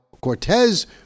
Cortez